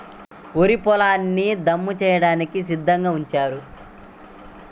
వరి పొలాల్ని దమ్ము చేయడానికి సిద్ధంగా ఉంచారు